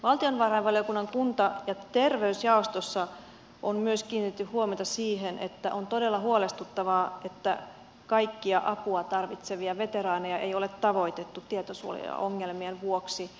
valtiovarainvaliokunnan kunta ja terveysjaostossa on myös kiinnitetty huomiota siihen että on todella huolestuttavaa että kaikkia apua tarvitsevia veteraaneja ei ole tavoitettu tietosuojaongelmien vuoksi